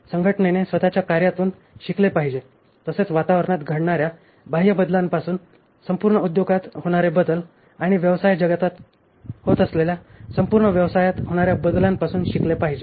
संघटनेने स्वतःच्या कार्यातून शिकले पाहिजे तसेच वातावरणात घडणार्या बाह्य बदलांपासून संपूर्ण उद्योगात होणारे बदल आणि व्यवसाय जगात होत असलेल्या संपूर्ण व्यवसायात होणाऱ्या बदलांपासून शिकले पाहिजे